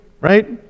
right